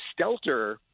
Stelter